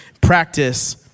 Practice